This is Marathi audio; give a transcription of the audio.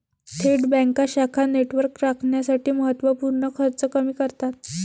थेट बँका शाखा नेटवर्क राखण्यासाठी महत्त्व पूर्ण खर्च कमी करतात